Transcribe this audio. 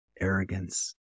Arrogance